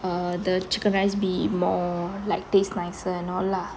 err the chicken rice be more like tastes nicer and all lah